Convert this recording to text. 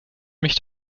mich